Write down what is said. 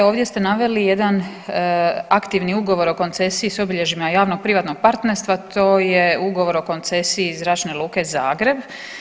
Ovdje ste naveli jedan aktivni ugovor o koncesiji s obilježjima javno privatnog partnerstva to je ugovor o koncesiji Zračne luke Zagreb.